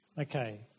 Okay